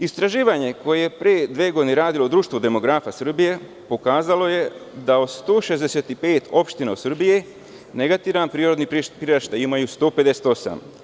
Istraživanje koje je pre dve godine radilo Društvo demografa Srbije pokazalo je da od 165 opština u Srbiji negativan prirodni priraštaj ima 158.